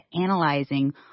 analyzing